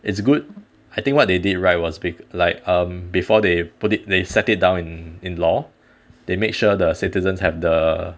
it's good I think what they did right was bef~ like um before they put it they set it down in in law they made sure the citizens have the